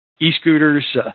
E-scooters